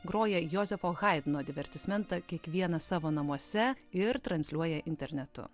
groja jozefo haidno divertismentą kiekvienas savo namuose ir transliuoja internetu